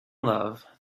love